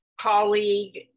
colleague